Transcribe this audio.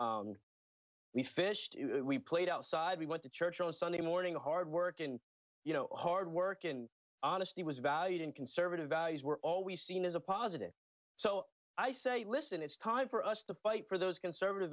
we fish we played outside we went to church on sunday morning hard work and you know hard work and honesty was valued in conservative values were always seen as a positive so i say listen it's time for us to fight for those conservative